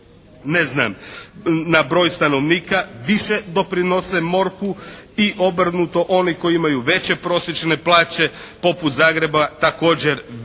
ne znam na broj stanovnika više doprinose MORH-u i obrnuto – oni koji imaju veće prosječne plaće poput Zagreba također više